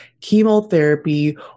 chemotherapy